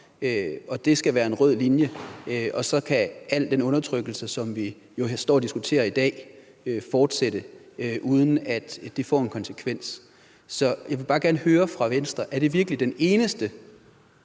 og det skal være en rød linje, og så kan al den undertrykkelse, som vi jo står og diskuterer i dag, fortsætte, uden at det får en konsekvens. Så jeg vil bare gerne høre fra Venstre: Er indførelsen af